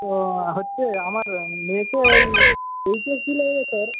তো হচ্ছে আমার মেয়েকে এইচএস দিল এবছর